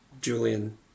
Julian